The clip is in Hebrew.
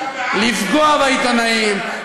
לפגוע בעיתונאים,